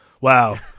Wow